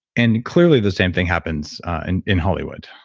and clearly the same thing happens and in hollywood.